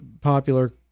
popular